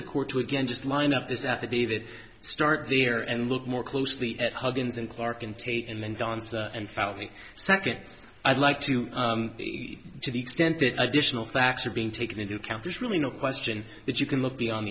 the court to again just line up is that the david start there and look more closely at huggins and clark and tate and danced and found me second i'd like to to the extent that additional facts are being taken into account there's really no question that you can look beyond